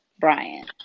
Brian